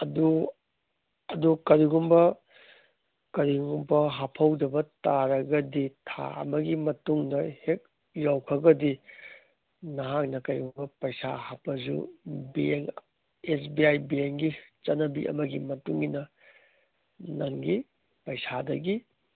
ꯑꯗꯨ ꯑꯗꯨ ꯀꯔꯤꯒꯨꯝꯕ ꯀꯔꯤꯒꯨꯝꯕ ꯍꯥꯞꯐꯧꯗꯕ ꯇꯥꯔꯒꯗꯤ ꯊꯥ ꯑꯃꯒꯤ ꯃꯇꯨꯡꯗ ꯍꯦꯛ ꯌꯧꯈ꯭ꯔꯒꯗꯤ ꯅꯍꯥꯛꯅ ꯀꯔꯤꯒꯨꯝꯕ ꯄꯩꯁꯥ ꯍꯥꯞꯄꯁꯨ ꯕꯦꯡꯛ ꯑꯦꯁ ꯕꯤ ꯑꯥꯏ ꯕꯦꯡꯒꯤ ꯆꯠꯅꯕꯤ ꯑꯃꯒꯤ ꯃꯇꯨꯡ ꯏꯟꯅ ꯅꯪꯒꯤ ꯄꯩꯁꯥꯗꯒꯤ